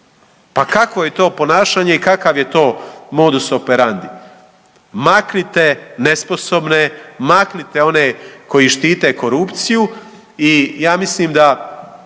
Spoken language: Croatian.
Pa kakvo je to ponašanje i kakav je to modus operandi? Maknite nesposobne, maknite one koji štite korupciju i ja mislim da